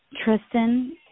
Tristan